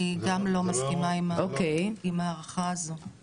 אני גם לא מסכימה עם ההערכה הזו, זה מפליא אותי.